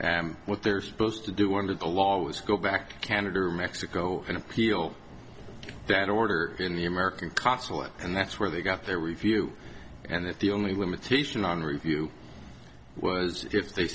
and what they're supposed to do under the law always go back to canada or mexico and appeal that order in the american consulate and that's where they got their review and that the only limitation on review was if they